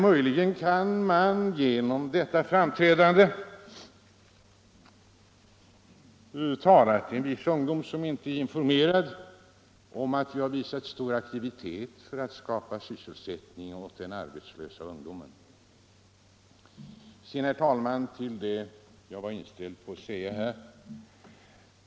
Möjligen kan man genom detta framträdande tala till en del unga, som inte är informerade, och förklara att man har visat stor aktivitet för att skapa sysselsättning åt den arbetslösa ungdomen. Sedan, herr talman, övergår jag till det som jag var inställd på att säga.